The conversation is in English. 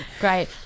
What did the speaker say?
Great